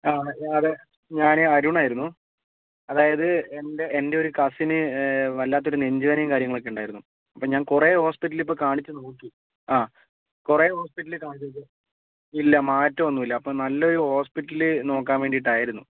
ആ അതെ ഞാൻ അരുണായിരുന്നു അതായത് എൻ്റെ എൻ്റെ ഒരു കസ്സിന് വല്ലാത്തൊരു നെഞ്ച് വേദനയും കാര്യങ്ങളൊക്കെ ഉണ്ടായിരുന്നു അപ്പോൾ ഞാൻ കുറേ ഹോസ്പിറ്റലിൽ കാണിച്ച് നോക്കി ആ കുറേ ഹോസ്പിറ്റലിൽ കാണിച്ച് നോക്കി ഇല്ല മാറ്റമൊന്നും ഇല്ല അപ്പം നല്ലൊരു ഹോസ്പിറ്റൽ നോക്കാൻ വേണ്ടിയിട്ടായിരുന്നു